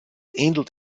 ähnelt